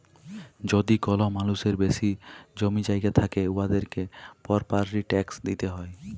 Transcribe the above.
যদি কল মালুসের বেশি জমি জায়গা থ্যাকে উয়াদেরকে পরপার্টি ট্যাকস দিতে হ্যয়